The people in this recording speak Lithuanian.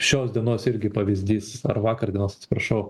šios dienos irgi pavyzdys ar vakar dienos atsiprašau